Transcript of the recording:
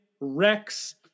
Rex